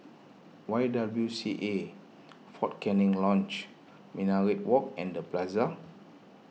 Y W C A fort Canning Lodge Minaret Walk and the Plaza